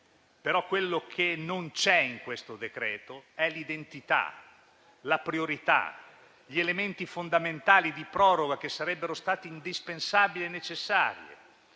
Quello che non c'è in questo decreto-legge è l'identità, la priorità, quegli elementi fondamentali di proroga che sarebbero stati indispensabili e necessari.